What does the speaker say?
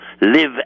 live